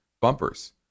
Bumpers